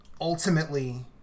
ultimately